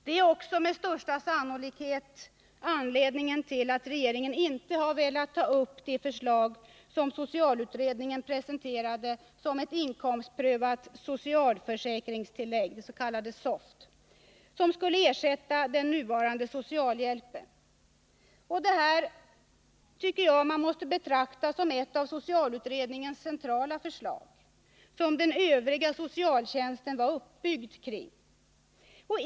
Detta är med största sannolikhet också anledningen till att regeringen inte har velat ta upp det förslag som socialutredningen presenterade om ett inkomstprövat socialförsäkringstillägg som skulle ersätta den nuvarande socialhjälpen. Detta socialförsäkringstillägg måste betraktas som ett av socialutredningens centrala förslag, som den övriga socialtjänsten var uppbyggd kring.